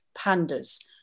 pandas